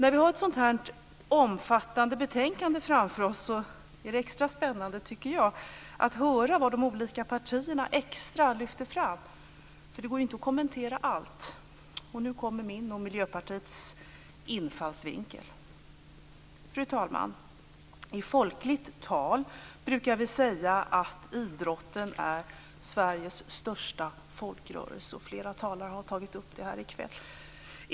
När vi har ett sådant omfattande betänkande framför oss är det extra spännande att höra vad de olika partierna lyfter fram extra. Det går inte att kommentera allt. Nu kommer min och Miljöpartiets infallsvinkel. Fru talman! I folkligt tal brukar vi säga att idrotten är Sveriges största folkrörelse. Flera talare har tagit upp det här i kväll.